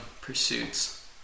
Pursuits